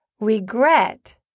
Regret